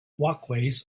walkways